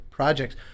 projects